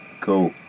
cool